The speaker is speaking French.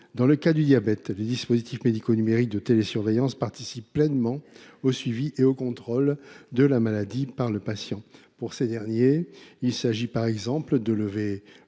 Dans le cas du diabète, les dispositifs médicaux numériques de télésurveillance participent pleinement au suivi et au contrôle de sa maladie par le patient. Pour ce dernier, il s’agit par exemple de